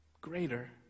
greater